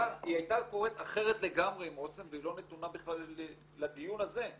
הייתה קורית אחרת לגמרי עם אוסם והיא לא נתונה בכלל לדיון הזה.